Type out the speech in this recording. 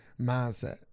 mindset